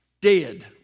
dead